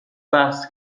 بحث